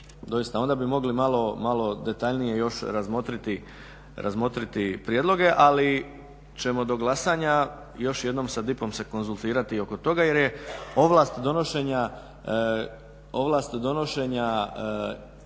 onda bi mogli malo detaljnije još razmotriti prijedloge ali ćemo do glasanja još jednom sa DIP-om se konzultirati oko toga jer je ovlast donošenja